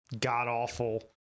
god-awful